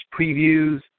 previews